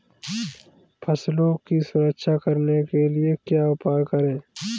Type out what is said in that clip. फसलों की सुरक्षा करने के लिए क्या उपाय करें?